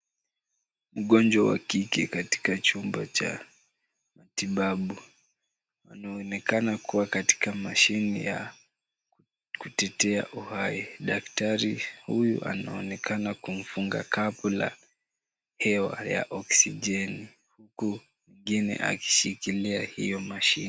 Mgonjwa wa kike katika chumba cha matibabu anaonekana kuwa katika mashini ya kutetea uhai. Daktari huyu anaonekana kumfunga kabla hiyo hewa ya oksijeni huku mwengine akishikilia hiyo mashini .